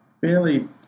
fairly